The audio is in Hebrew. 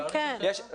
כן, כן.